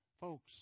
Folks